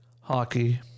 hockey